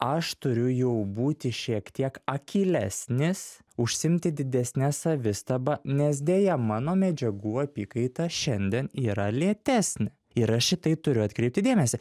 aš turiu jau būti šiek tiek akylesnis užsiimti didesne savistaba nes deja mano medžiagų apykaita šiandien yra lėtesnė ir aš į tai turiu atkreipti dėmesį